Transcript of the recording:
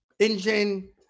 engine